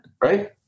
Right